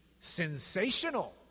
sensational